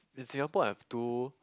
in Singapore I have two